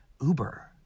Uber